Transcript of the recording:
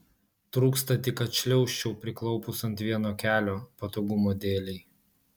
trūksta tik kad šliaužčiau priklaupus ant vieno kelio patogumo dėlei